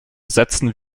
setzen